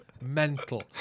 mental